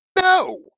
No